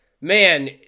man